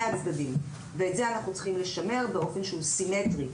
הצדדים; את זה אנחנו צריכים לשמר באופן שהוא סימטרי,